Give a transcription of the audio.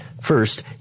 first